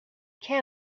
can